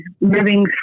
living